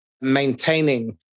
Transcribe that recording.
maintaining